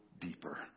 deeper